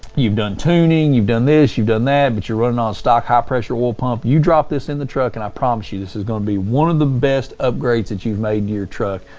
you've done tuning, you've done this, you've done that, but you're running on stock high pressure oil pump, you drop this in the truck and i promise you, this is going to be one of the best upgrades that you've made to your truck.